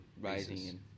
Rising